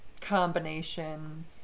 Combination